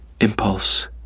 impulse